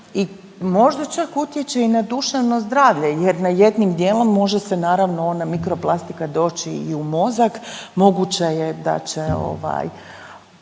i možda čak utječe i na duševno zdravlje jer na jednim dijelom može se naravno ona mikroplastika doći i u mozak, moguće je da će tkivo